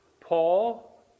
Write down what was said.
Paul